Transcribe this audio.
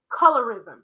colorism